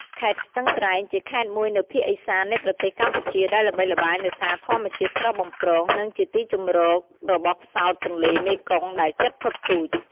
ខេត្តស្ទឹងត្រែង ជាខេត្តមួយនៅភាគឦសាននៃប្រទេសកម្ពុជា ដែលល្បីល្បាញដោយសារធម្មជាតិស្រស់បំព្រង និងជាទីជម្រករបស់ផ្សោតទន្លេមេគង្គដែលជិតផុតពូជ។